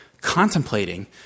contemplating